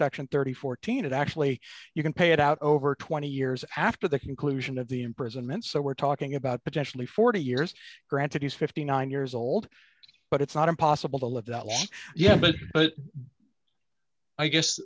and fourteen and actually you can pay it out over twenty years after the conclusion of the imprisonment so we're talking about potentially forty years granted he's fifty nine years old but it's not impossible to live that long yeah but i guess